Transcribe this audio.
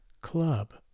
club